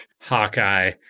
Hawkeye